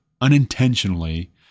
unintentionally